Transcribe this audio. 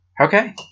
Okay